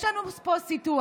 יש לנו פה סיטואציה